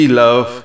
love